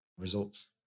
results